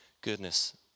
goodness